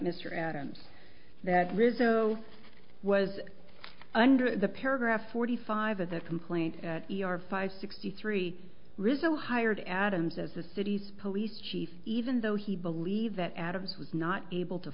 mr adams that rizzo's was under the paragraph forty five of the complaint five sixty three rizzo hired adams as the city's police chief even though he believed that adams was not able to